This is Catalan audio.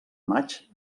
maig